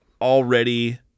already